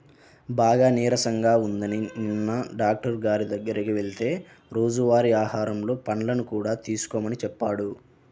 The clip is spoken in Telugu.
బాగా నీరసంగా ఉందని నిన్న డాక్టరు గారి దగ్గరికి వెళ్తే రోజువారీ ఆహారంలో పండ్లను కూడా తీసుకోమని చెప్పాడు